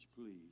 please